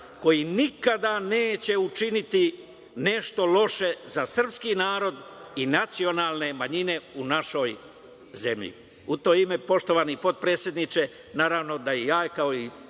koji nikada neće učiniti nešto loše za srpski narod i nacionalne manjine u našoj zemlji.U to ime, poštovani potpredsedniče, naravno da i ja, kao i